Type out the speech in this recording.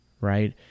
right